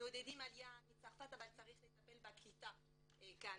מעודדים עלייה מצרפת אבל צריך לטפל בקליטה כאן.